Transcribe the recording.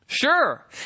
Sure